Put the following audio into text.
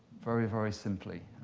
very, very simply.